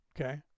okay